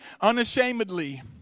unashamedly